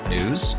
News